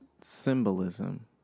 symbolism